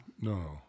no